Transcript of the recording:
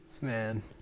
Man